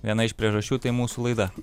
viena iš priežasčių tai mūsų laida